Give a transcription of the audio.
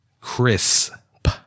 crisp